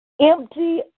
empty